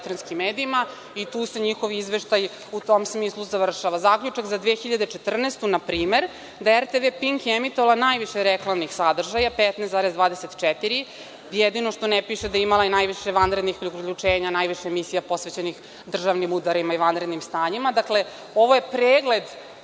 Tu se njihovi izveštaji u tom smislu i završavaju. Zaključak za 2014. godinu na primer, da RTV Pink je emitovao najviše reklamnih sadržaja, 15,24, jedino što ne piše da je imali i najviše vanrednih uključenja, najviše emisija posvećenih državnim udarima i vanrednim stanjima. Dakle, ovo je pregled